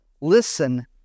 Listen